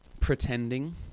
pretending